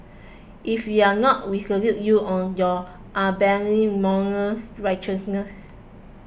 if you're not we salute you on your unbending moral righteousness